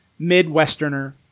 Midwesterner